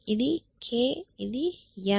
ఇది k ఇది n